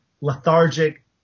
lethargic